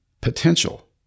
potential